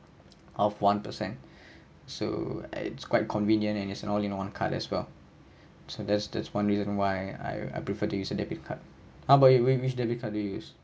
of one per cent so it's quite convenient and is an all in one card as well so that's that's one reason why I I prefer to use a debit card how about you which which debit card do you use